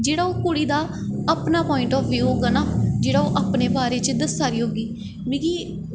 जेह्ड़ा ओह् कुड़ी दी अपना प्वाइंट ऑफ व्यू होगा ना जेह्ड़ा ओह् अपने बारे च दस्सा दी होगी मिगी